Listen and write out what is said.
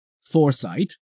foresight